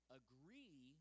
agree